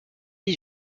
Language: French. dix